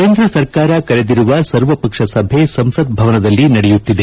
ಕೇಂದ್ರ ಸರ್ಕಾರ ಕರೆದಿರುವ ಸರ್ವಪಕ್ಷ ಸಭೆ ಸಂಸತ್ ಭವನದಲ್ಲಿ ್ಲ ನಡೆಯುತ್ತಿದೆ